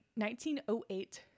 1908